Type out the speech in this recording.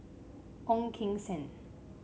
Ong Keng Sen